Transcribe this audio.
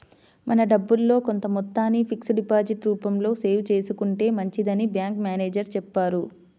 మన డబ్బుల్లో కొంత మొత్తాన్ని ఫిక్స్డ్ డిపాజిట్ రూపంలో సేవ్ చేసుకుంటే మంచిదని బ్యాంకు మేనేజరు చెప్పారు